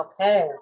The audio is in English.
Okay